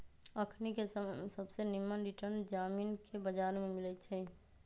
अखनिके समय में सबसे निम्मन रिटर्न जामिनके बजार में मिलइ छै